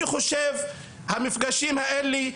אני חושב המפגשים האלה,